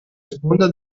sponde